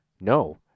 No